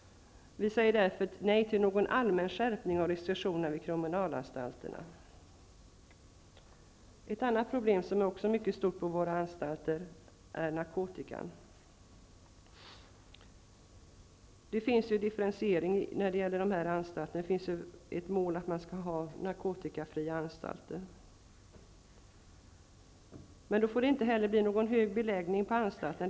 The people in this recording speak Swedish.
Vi säger därför nej till någon allmän skärpning av restriktionerna vid kriminalvårdsanstalterna. Ett annat stort problem på våra anstalter är narkotikan. Det finns en differentiering i fråga om anstalterna. Ett mål är att man skall ha narkotikafria anstalter. Men då får det inte heller bli någon hög beläggning på anstalterna.